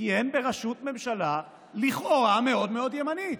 בראשות הממשלה לכאורה מאוד מאוד ימנית.